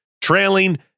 trailing